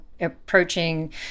approaching